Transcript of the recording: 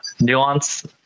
nuance